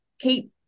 Keep